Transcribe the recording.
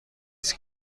است